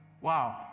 Wow